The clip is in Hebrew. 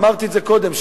ואמרתי את זה קודם,